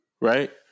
Right